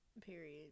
Period